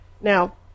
Now